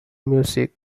music